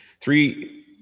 three